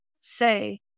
say